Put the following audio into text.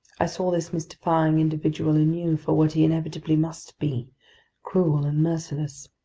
i saw this mystifying individual anew for what he inevitably must be cruel and merciless.